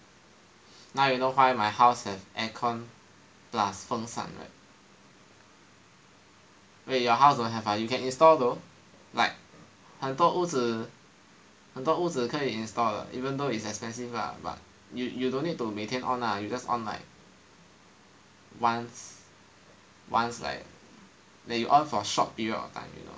now you know why my house have aircon plus 风扇 right wait your house don't have ah you can install though like I thought 屋子 I thought 屋子可以 install 的 even though it's expensive lah but you you don't need to 每天 on lah you just on like once like then you on for a short period of time you know